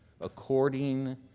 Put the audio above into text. according